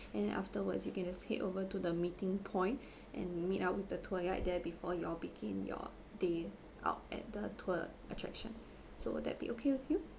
and then afterwards you can just head over to the meeting point and meet up with the tour guide there before you all begin your day out at the tour attraction so will that be okay with you